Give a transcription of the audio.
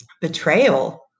Betrayal